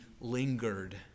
lingered